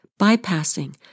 bypassing